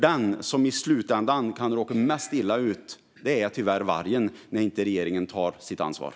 Den som i slutändan råkar mest illa ut när regeringen inte tar sitt ansvar är tyvärr vargen.